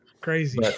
Crazy